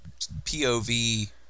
POV